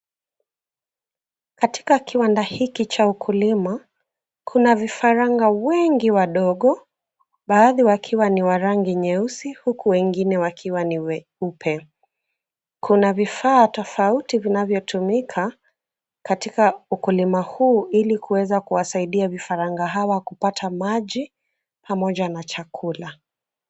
Katika kiwanda hiki cha ukulima, kuna vifaranga wengi wadogo baadhi wakiwa ni wa rangi nyeusi huku wengine wakiwa ni weupe. Kuna vifaa tofauti vinavyotumika katika ukulima huu ili kuweza kuwasaidia vifaranga hawa kupata maji pamoja na chakula.